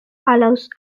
allows